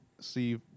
see